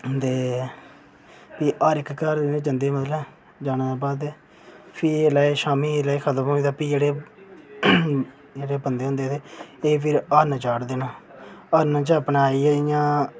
ते फ्ही हर घर इक्क जंदे मतलब जाने दे बाद फ्ही जेल्लै शामी जेल्लै खत्म होई जंदा फ्ही जेह्ड़े मतलब बंदे होंदे न ते फिर एह् हरण चाढ़दे न हरण च अपना इ'यां आई गेआ अपना